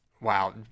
Wow